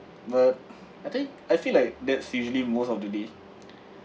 but I think I feel like that's usually most of the day